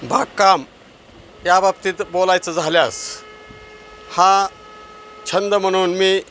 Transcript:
बागकाम याबाबतीत बोलायचं झाल्यास हा छंद म्हणून मी